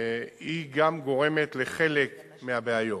גם גורמת לחלק מהבעיות,